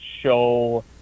show